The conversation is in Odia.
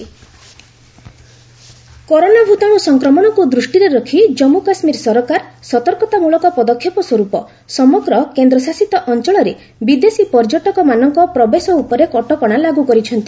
କେକେ ବ୍ୟାନ୍ସ ଫରେନର୍ସ କରୋନା ଭୂତାଣୁ ସଂକ୍ରମଣକୁ ଦୃଷ୍ଟିରେ ରଖି ଜନ୍ମୁ ଓ କାଶ୍ମୀର ସରକାର ସତର୍କତାମୂଳକ ପଦକ୍ଷେପସ୍ୱରୂପ ସମଗ୍ର କେନ୍ଦ୍ରଶାସିତ ଅଞ୍ଚଳରେ ବିଦେଶୀ ପର୍ଯ୍ୟଟକମାନଙ୍କ ପ୍ରବେଶ ଉପରେ କଟକଣା ଲାଗୁ କରିଛନ୍ତି